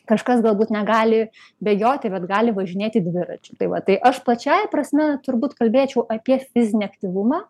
kažkas galbūt negali bėgioti bet gali važinėti dviračiu tai va tai aš plačiąja prasme turbūt kalbėčiau apie fizinį aktyvumą